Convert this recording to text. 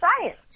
science